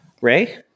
Ray